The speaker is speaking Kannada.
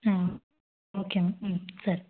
ಹಾಂ ಓಕೆ ಹ್ಞು ಸರಿ